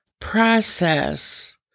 process